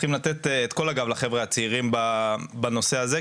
צריכים לתת את כל הגב לחבר'ה הצעירים בנושא הזה,